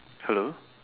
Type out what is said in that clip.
hello